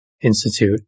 Institute